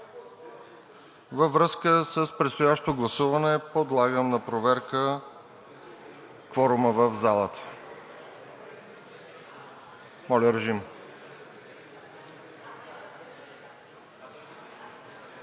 Във връзка с предстоящото гласуване подлагам на проверка кворума в залата. Има кворум.